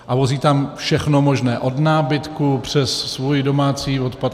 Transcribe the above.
A vozí tam všechno možné od nábytku přes svůj domácí odpad atd.